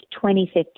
2015